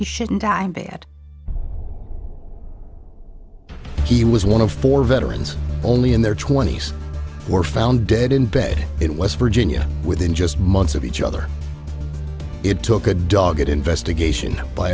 he shouldn't i bet he was one of four veterans only in their twenty's were found dead in bed in west virginia within just months of each other it took a dog investigation by